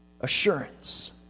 assurance